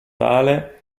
tale